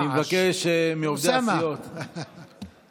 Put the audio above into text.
אני מבקש מעובדי הסיעות לשמור על השקט.